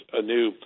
anew